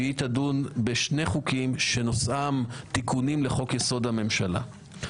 שהיא תדון בשני חוקים שנושאם: תיקונים לחוק-יסוד: הממשלה,